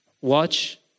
Watch